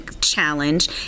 challenge